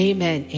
Amen